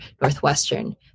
Northwestern